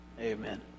Amen